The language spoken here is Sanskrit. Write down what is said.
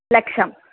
लक्षम्